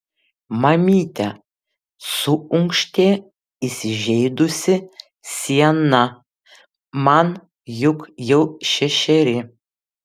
mamyte suunkštė įsižeidusi siena man juk jau šešeri